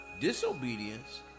Disobedience